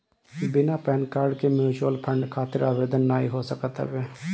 बिना PAN card के mutual fund खातिर आवेदन नाइ हो सकत हवे